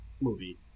movie